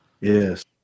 yes